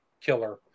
killer